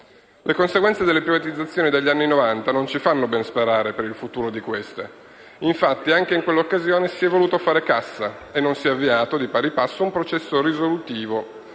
Le conseguenze delle privatizzazioni degli anni Novanta non ci fanno ben sperare per il futuro. Infatti, anche in quell'occasione si è voluto fare cassa e non si è avviato di pari passo un processo risolutivo,